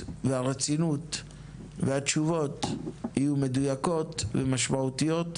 הרצינות והתשובות יהיו מדויקות ומשמעותיות,